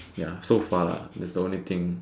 ya so far like that's the only thing